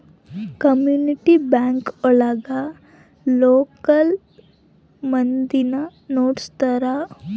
community bank ಒಳಗ local ಮಂದಿನೆ ನಡ್ಸ್ತರ